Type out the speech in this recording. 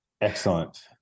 excellent